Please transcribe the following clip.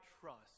trust